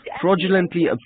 fraudulently